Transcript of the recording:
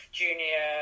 junior